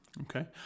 okay